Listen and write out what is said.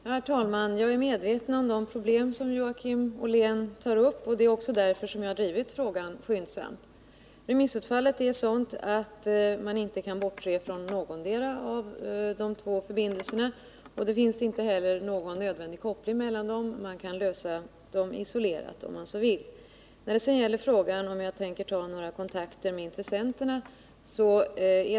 Herr talman! Jag är medveten om de problem som Joakim Ollén tar upp, och det är därför som jag har drivit på frågan skyndsamt. Remissutfallet är sådant att man inte kan bortse från någon av de två förbindelserna, och det finns inte heller någon nödvändig koppling mellan dem. Man kan lösa varje fråga isolerad om man så vill. Joakim Ollén frågade om jag tänker ta kontakt med intressenterna.